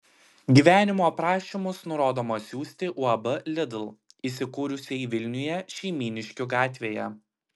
gyvenimo aprašymus nurodoma siųsti uab lidl įsikūrusiai vilniuje šeimyniškių gatvėje